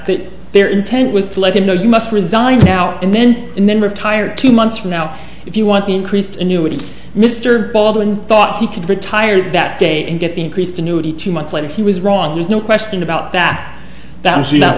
that their intent was to let them know you must resign now and then and then retire two months from now if you want the increased annuity mr baldwin thought he could retire that day and get the increased annuity two months later he was wrong there's no question about that